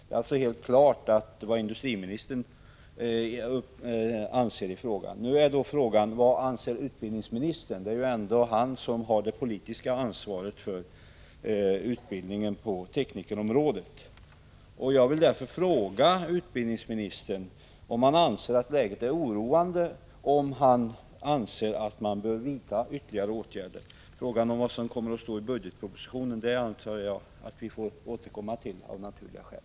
Det är alltså helt klart vad industriministern anser. Nu är frågan: Vad anser utbildningsministern? Det är ju ändå utbildningsministern som har det politiska ansvaret för utbildningen på teknikerområdet. Jag vill därför fråga utbildningsministern om han anser att läget är oroande och om han anser att man bör vidta ytterligare åtgärder. Vad som kommer att stå i budgetpropositionen antar jag att vi får återkomma till av naturliga skäl.